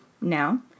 Now